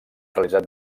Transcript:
realitzat